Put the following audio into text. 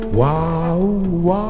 wow